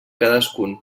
cadascuna